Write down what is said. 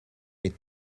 est